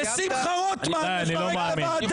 תלמד לשחרר, אבל בבקשה לא מגלעד.